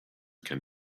can